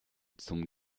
zum